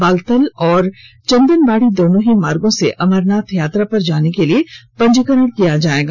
बालतल और चंदनवाड़ी दोनों ही मार्गो से अमरनाथ यात्रा पर जाने के लिए पंजीकरण किया जाएगा